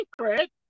secret